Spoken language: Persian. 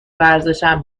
ورزشم